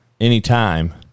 anytime